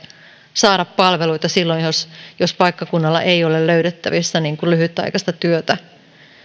saada palveluita silloin kun paikkakunnalla ei ole löydettävissä lyhytaikaista työtä